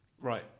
Right